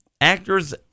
actors